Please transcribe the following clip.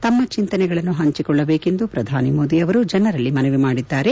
ತಮ್ಮ ಚಿಂತನೆಗಳನ್ನು ಹಂಚಿಕೊಳ್ಳಬೇಕೆಂದು ಪ್ರಧಾನಿಮೋದಿ ಅವರು ಜನರಲ್ಲಿ ಮನವಿ ಮಾಡಿದ್ದಾರೆ